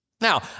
Now